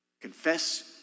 Confess